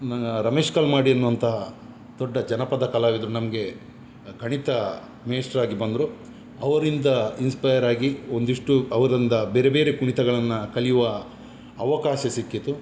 ರಮೇಶ್ ಕಲ್ಮಾಡಿ ಎನ್ನುವಂತಹ ದೊಡ್ಡ ಜನಪದ ಕಲಾವಿದರು ನಮಗೆ ಗಣಿತ ಮೇಷ್ಟ್ರಾಗಿ ಬಂದರು ಅವರಿಂದ ಇನ್ಸ್ಪೈರ್ ಆಗಿ ಒಂದಿಷ್ಟು ಅವರಿಂದ ಬೇರೆ ಬೇರೆ ಕುಣಿತಗಳನ್ನು ಕಲಿಯುವ ಅವಕಾಶ ಸಿಕ್ಕಿತು